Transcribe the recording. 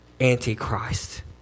antichrist